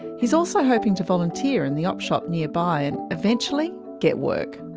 he's also hoping to volunteer in the op shop nearby and eventually get work.